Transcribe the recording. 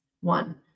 One